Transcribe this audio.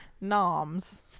noms